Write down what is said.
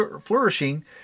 flourishing